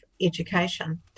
education